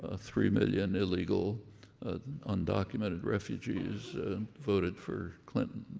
ah three million illegal undocumented refugees voted for clinton,